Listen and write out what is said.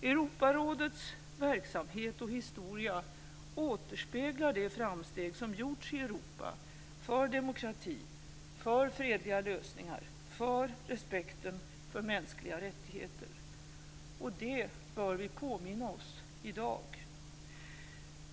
Europarådets verksamhet och historia återspeglar de framsteg som gjorts i Europa för demokrati, för fredliga lösningar, för respekten för mänskliga rättigheter. Det bör vi påminna oss i dag.